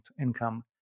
income